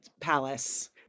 Palace